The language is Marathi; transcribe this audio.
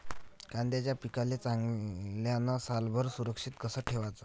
कांद्याच्या पिकाले चांगल्यानं सालभर सुरक्षित कस ठेवाचं?